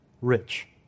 rich